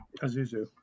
Azuzu